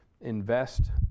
invest